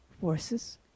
forces